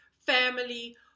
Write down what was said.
family